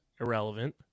Irrelevant